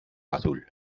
azul